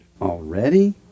Already